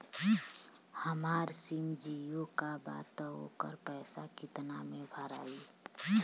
हमार सिम जीओ का बा त ओकर पैसा कितना मे भराई?